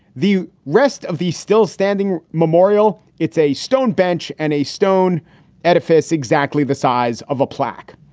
the rest of the still standing memorial. it's a stone bench and a stone edifice exactly the size of a plaque.